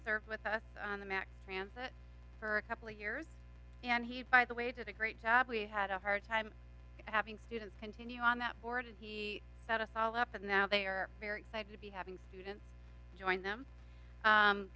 served with us on the mac transit for a couple of years and he by the way did a great job we had a hard time having students continue on that board he set us all up and now they are very excited to be having students join them